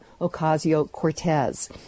Ocasio-Cortez